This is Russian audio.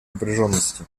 напряженности